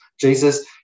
Jesus